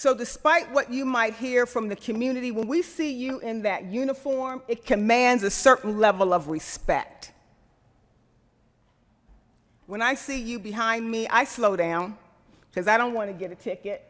so despite what you might hear from the community when we see you in that uniform it commands a certain level of respect when i see you behind me i slow down because i don't want to get a ticket